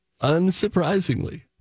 Unsurprisingly